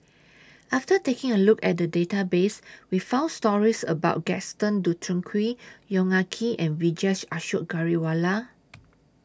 after taking A Look At The Database We found stories about Gaston Dutronquoy Yong Ah Kee and Vijesh Ashok Ghariwala